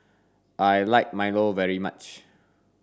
I like milo very much